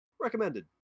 recommended